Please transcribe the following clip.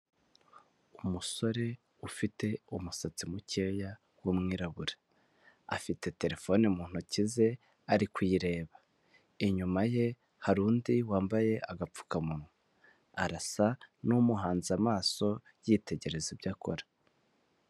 Umusore ufite umusatsi mukeya w'umwirabura afite telefone mu ntoki ze arikuyireba, inyuma ye hari undi wambaye agapfukamunwa arasa n'umuhanze amaso yitegereza ibyo akora.